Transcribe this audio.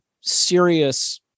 serious